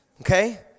Okay